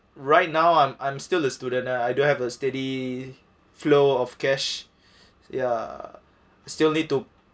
right now I'm I'm still a student ah I don't have a steady flow of cash ya still need to